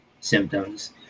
symptoms